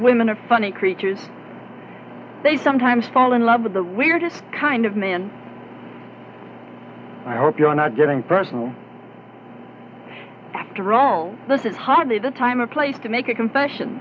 women are funny creatures they sometimes fall in love with the weirdest kind of man i hope you're not getting personal after all this is hardly the time a place to make a confession